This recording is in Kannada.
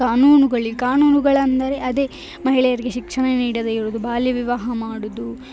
ಕಾನೂನುಗಳಿ ಕಾನೂನುಗಳೆಂದರೆ ಅದೇ ಮಹಿಳೆಯರಿಗೆ ಶಿಕ್ಷಣ ನೀಡದೆ ಇರುವುದು ಬಾಲ್ಯ ವಿವಾಹ ಮಾಡುವುದು